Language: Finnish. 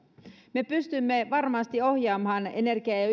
me pystymme varmasti ohjaamaan energia ja